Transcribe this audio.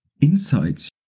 insights